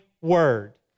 word